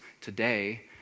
today